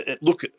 look